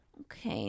okay